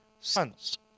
sons